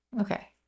Okay